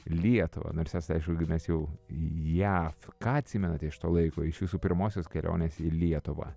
lietuvą nors jos aišku mes jau ją ką atsimenate iš to laiko iš jūsų pirmosios kelionės į lietuvą